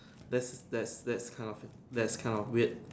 that's that's that's kind of that's kind of weird